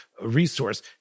resource